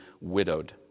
widowed